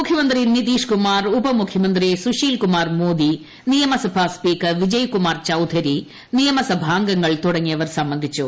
മുഖ്യമന്ത്രി നിതീഷ് കുമാർ ഉപമുഖ്യമന്ത്രി സുശീൽകുമാർ മോദി നിയമസഭാ സ്പീക്കർ വിജയ്കുമാർ ചൌധരി നിയമസഭാംഗങ്ങൾ തുടങ്ങിയവർ സംബന്ധിച്ചു